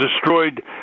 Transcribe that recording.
destroyed